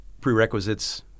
prerequisites